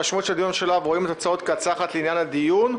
המשמעות היא שאנחנו רואים את ההצעות כהצעה אחת לעניין הדיון.